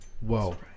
whoa